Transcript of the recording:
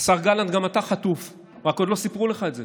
השר גלנט, גם אתה חטוף, רק עוד לא סיפרו לך את זה.